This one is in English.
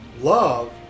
Love